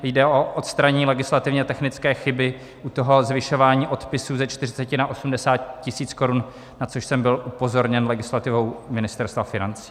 Jde o odstranění legislativně technické chyby u toho zvyšování odpisů ze 40 na 80 tisíc korun, na což jsem byl upozorněn legislativou Ministerstva financí.